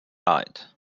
out